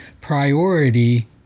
priority